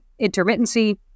intermittency